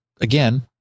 again